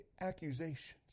accusations